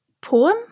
poem